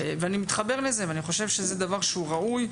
אני מתחבר לזה ואני חושב שזה דבר שהוא ראוי,